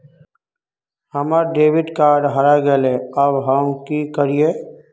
हमर debit card हरा गेले अब हम की करिये?